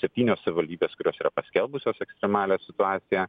septynios savivaldybės kurios yra paskelbusios ekstremalią situaciją